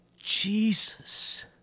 Jesus